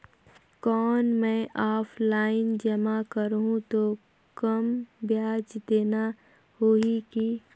कौन मैं ऑफलाइन जमा करहूं तो कम ब्याज देना होही की?